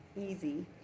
easy